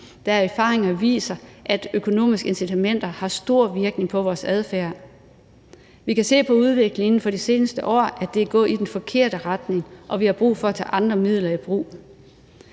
da erfaringer viser, at økonomiske incitamenter har stor indvirkning på vores adfærd. Vi kan se på udviklingen inden for de seneste år, at det er gået i den forkerte retning, og vi har brug for at tage andre midler i brug.